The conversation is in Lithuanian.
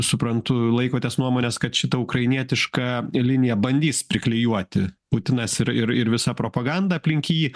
suprantu laikotės nuomonės kad šitą ukrainietišką liniją bandys priklijuoti putinas ir ir visa propaganda aplink jį